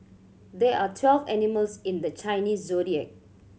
there are twelve animals in the Chinese Zodiac